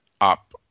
up